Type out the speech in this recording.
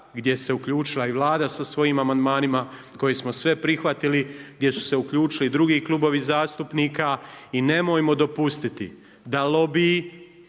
gdje se uključila i Vlada sa svojim amandmanima koje smo sve prihvatili, gdje su se uključili i drugi klubovi zastupnika. I nemojmo dopustiti da lobiji